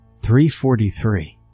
3.43